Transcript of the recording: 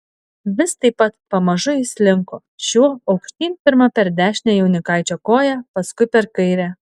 vis taip pat pamažu jis slinko šiuo aukštyn pirma per dešinę jaunikaičio koją paskui per kairę